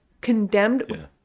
condemned